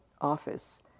office